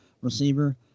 receiver